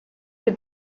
the